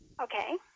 Okay